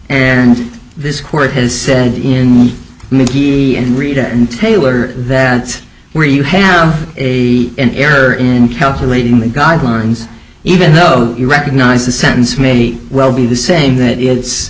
and this court has said in the movie and rita and taylor that where you have a an error in calculating the guidelines even though you recognize the sentence may well be the same that it's